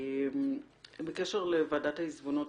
בקשר לוועדת העיזבונות: